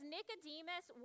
Nicodemus